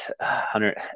hundred